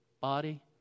body